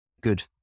good